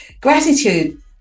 Gratitude